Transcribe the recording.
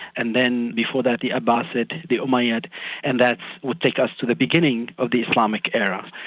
and then before that the abbasid, the umayyads and that would take us to the beginning of the islamic era.